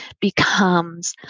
becomes